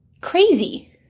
crazy